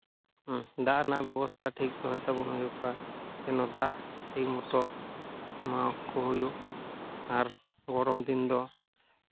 ᱫᱟᱜ ᱨᱮᱱᱟᱜ ᱵᱮᱵᱚᱥᱛᱷᱟ ᱴᱷᱤᱠ ᱫᱚᱦᱚᱭ ᱛᱟᱵᱚᱱ ᱦᱩᱭᱩᱜᱼᱟ ᱡᱮᱱᱚ ᱫᱟᱜ ᱴᱷᱤᱠ ᱢᱚᱛᱚ ᱮᱢᱟᱣ ᱠᱚ ᱦᱩᱭᱩᱜ ᱟᱨ ᱜᱚᱨᱚᱢ ᱫᱤᱱ ᱫᱚ